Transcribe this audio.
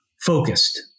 focused